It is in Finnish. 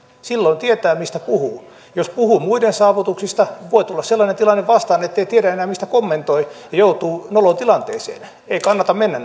silloin tietää mistä puhuu jos puhuu muiden saavutuksista voi tulla sellainen tilanne vastaan ettei tiedä enää mitä kommentoi ja joutuu noloon tilanteeseen ei kannata mennä